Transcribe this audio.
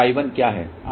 और I1 क्या है